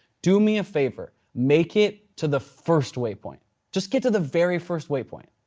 do me a favor. make it to the first waypoint. just get to the very first waypoint.